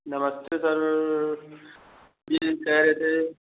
नमस्ते सर जी कह रहे थे